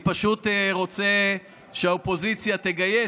אני פשוט רוצה שהאופוזיציה תגייס,